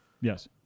Yes